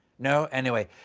no, anyway,